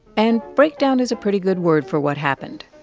and breakdown is a pretty good word for what happened.